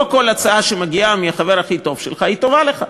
לא כל הצעה שמגיעה מהחבר הכי טוב שלך היא טובה לך.